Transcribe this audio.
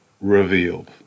revealed